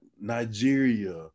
Nigeria